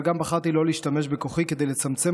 אבל גם בחרתי לא להשתמש בכוחי כדי לצמצם